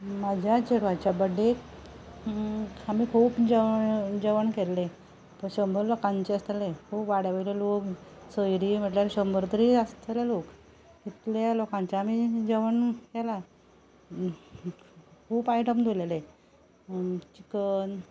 म्हज्या चेडवाच्या बर्थडेक आमी खूब जेवण जेवण केल्लें तें शंबर लोकांचें आसतलें खूब वाड्यावयले लोक सोयरीं म्हणल्यार शंबर तरी आसतले लोक इतले लोकांचें आमी जेवण केलां खूब आयटम दवरलेले चिकन